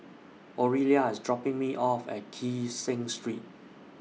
Oralia IS dropping Me off At Kee Seng Street